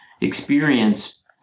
experience